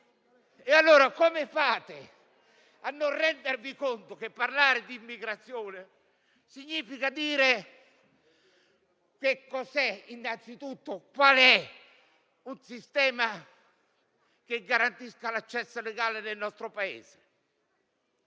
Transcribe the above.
allora a non rendervi conto che parlare di immigrazione significa definire anzitutto qual è il sistema che garantisce l'accesso legale al nostro Paese?